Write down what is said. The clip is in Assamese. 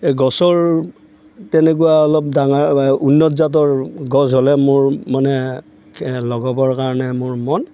গছৰ তেনেকুৱা অলপ ডাঙৰ বা উন্নত জাতৰ গছ হ'লে মোৰ মানে লগাবৰ কাৰণে মোৰ মন